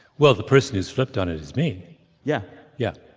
well, the person who's flipped on it is me yeah yeah.